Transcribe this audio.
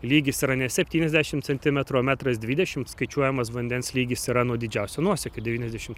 lygis yra ne septyniasdešimt centimetrų o metras dvidešimt skaičiuojamas vandens lygis yra nuo didžiausio nuosekio devyniasdešimt